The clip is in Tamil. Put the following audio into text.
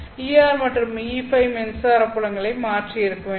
Er மற்றும் Eϕ மின்சார புலங்களை மாற்றி இருக்க வேண்டும்